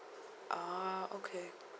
ah okay